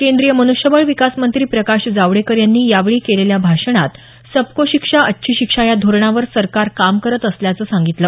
केंद्रीय मनुष्यबळ विकास मंत्री प्रकाश जावडेकर यांनी यावेळी केलेल्या भाषणात सबको शिक्षा अच्छी शिक्षा या धोरणावर सरकार काम करत असल्याचं सांगितलं